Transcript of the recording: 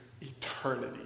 eternity